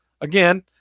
again